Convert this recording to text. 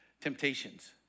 temptations